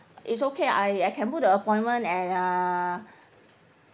it's okay I I can book the appointment at uh